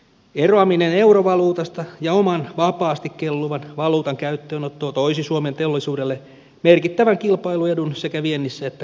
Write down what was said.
eroaminen eurovaluutasta ja oman vapaasti kelluvan valuutan käyttöönotto toisi suomen teollisuudelle merkittävän kilpailuedun sekä viennissä että kotimarkkinoilla